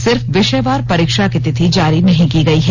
सिर्फ विषयवार परीक्षा की तिथि जारी नहीं की गई है